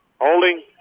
Holding